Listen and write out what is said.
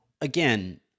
again